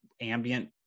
ambient